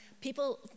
People